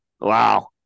Wow